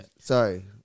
Sorry